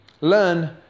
Learn